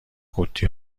قوطی